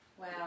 Wow